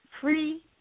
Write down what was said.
free